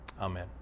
Amen